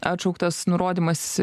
atšauktas nurodymas